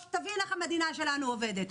בעיר כאשר הוא מוסיף עוד אלפי משפחות.